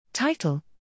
title